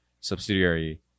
subsidiary